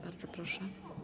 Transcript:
Bardzo proszę.